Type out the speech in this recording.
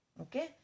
Okay